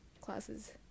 classes